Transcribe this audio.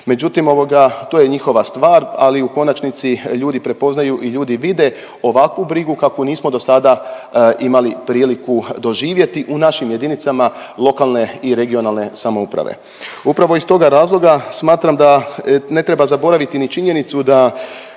međutim ovoga to je njihova stvar, ali u konačnici ljudi prepoznaju i ljudi vide ovakvu brigu kakvu nismo dosada imali priliku doživjeti u našim jedinicama lokalne i regionalne samouprave. Upravo iz toga razloga smatram da ne treba zaboraviti ni činjenicu da